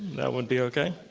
that would be okay.